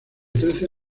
trece